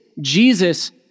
Jesus